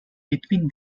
between